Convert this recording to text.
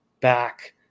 back